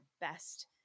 best